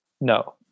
No